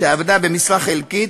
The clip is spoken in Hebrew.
שעבדה במשרה חלקית,